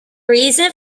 reason